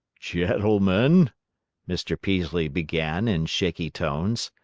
gentlemen, mr. peaslee began, in shaky tones,